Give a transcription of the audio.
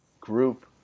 group